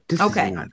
Okay